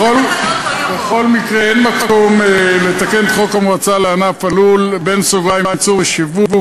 בכל מקרה אין מקום לתקן את חוק המועצה לענף הלול (ייצור ושיווק),